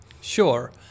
Sure